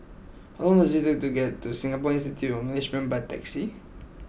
how long does it take to get to Singapore Institute of Management by taxi